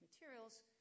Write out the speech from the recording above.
materials